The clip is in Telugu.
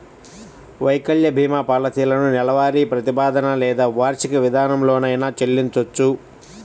వైకల్య భీమా పాలసీలను నెలవారీ ప్రాతిపదికన లేదా వార్షిక విధానంలోనైనా చెల్లించొచ్చు